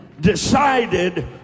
decided